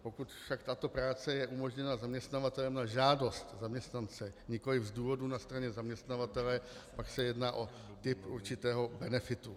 Pokud však tato práce je umožněna zaměstnavatelem na žádost zaměstnance, nikoliv z důvodů na straně zaměstnavatele, pak se jedná o typ určitého benefitu.